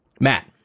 Matt